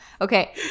Okay